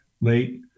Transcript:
late